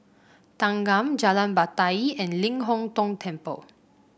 Thanggam Jalan Batai and Ling Hong Tong Temple